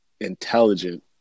intelligent